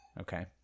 Okay